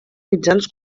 mitjans